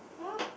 !huh!